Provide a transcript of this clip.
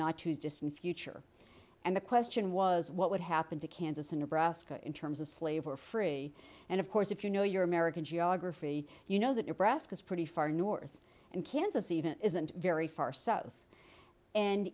too distant future and the question was what would happen to kansas and nebraska in terms of slave or free and of course if you know your american geography you know that your breast is pretty far north and kansas even isn't very far south and